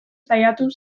saiatu